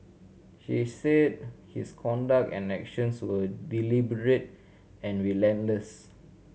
she said his conduct and actions were deliberate and relentless